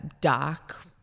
dark